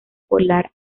polar